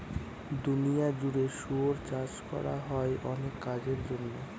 দুনিয়া জুড়ে শুয়োর চাষ করা হয় অনেক কাজের জন্য